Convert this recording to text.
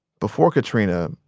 before katrina,